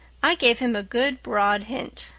i gave him a good broad hint.